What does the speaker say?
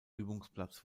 übungsplatz